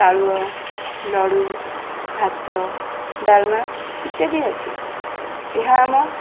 ପାଳୁଅ ଲଡ଼ୁ ଭାତ ଡାଲମା ଇତ୍ୟାଦି ଅଛି ଏହା ଆମ